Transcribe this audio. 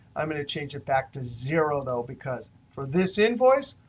i'm going to change it back to zero though, because for this invoice,